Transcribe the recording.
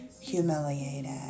humiliated